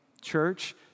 church